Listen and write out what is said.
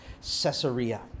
Caesarea